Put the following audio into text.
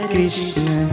Krishna